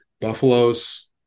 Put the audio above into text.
Buffalo's